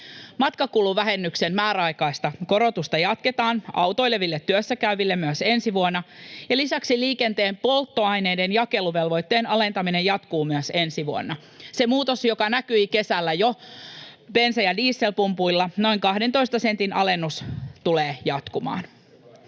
Matkakuluvähennyksen määräaikaista korotusta jatketaan autoileville työssäkäyville myös ensi vuonna, ja lisäksi liikenteen polttoaineiden jakeluvelvoitteen alentaminen jatkuu myös ensi vuonna. Se muutos, joka näkyi kesällä jo bensa- ja dieselpumpuilla, noin 12 sentin alennus, tulee jatkumaan.